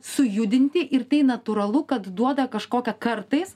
sujudinti ir tai natūralu kad duoda kažkokią kartais